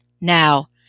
Now